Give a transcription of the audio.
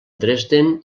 dresden